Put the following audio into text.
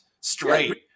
Straight